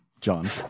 John